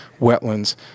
wetlands